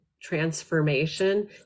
transformation